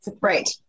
Right